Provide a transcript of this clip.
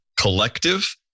Collective